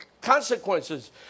consequences